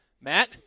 Matt